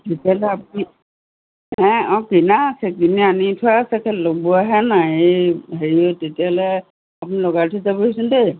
তেতিয়াহ'লে আপুনি হে অঁ কিনা আছে কিনা আনি থোৱা আছে খালি লগোৱাহে নাই হেৰি হেৰি তেতিয়াহ'লে আপুনি লগাই থৈ যাবহিচোন দেই